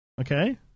Okay